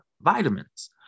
vitamins